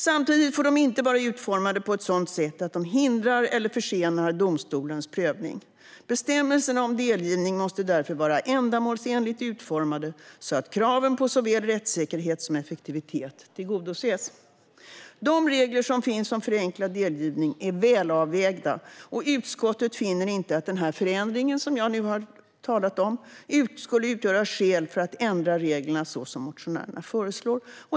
Samtidigt får inte bestämmelserna vara utformade på ett sådant sätt att de hindrar eller försenar domstolens prövning. Bestämmelserna om delgivning måste därför vara ändamålsenligt utformade så att kraven på såväl rättssäkerhet som effektivitet tillgodoses. De regler som finns som förenklar delgivning är välavvägda, och utskottet finner inte att den förändring som jag nu har talat om skulle utgöra skäl för att ändra reglerna så som motionärerna föreslår.